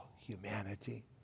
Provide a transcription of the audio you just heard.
humanity